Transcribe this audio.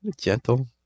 Gentle